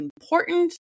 important